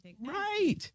right